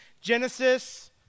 Genesis